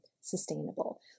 sustainable